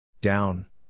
Down